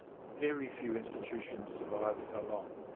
very few institutions survive so long.